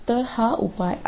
तर हा उपाय आहे